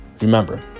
remember